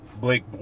Blake